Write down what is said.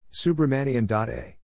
Subramanian.a